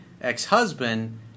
ex-husband